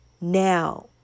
now